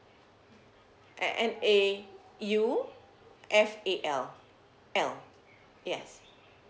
err N A U F A L L yes